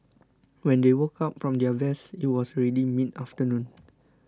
when they woke up from their rest it was already mid afternoon